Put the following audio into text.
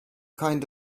kind